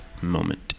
moment